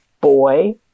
boy